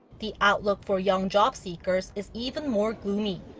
the outlook for young jobseekers is even more gloomy.